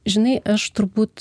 žinai aš turbūt